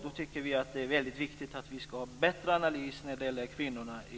Då tycker vi att det är väldigt viktigt att ha en bättre analys när det gäller kvinnorna i